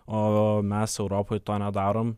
o mes europoj to nedarom